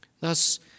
Thus